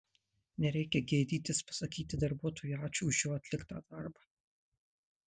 nereikia gėdytis pasakyti darbuotojui ačiū už jo atliktą darbą